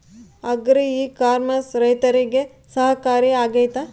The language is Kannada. ಅಗ್ರಿ ಇ ಕಾಮರ್ಸ್ ರೈತರಿಗೆ ಸಹಕಾರಿ ಆಗ್ತೈತಾ?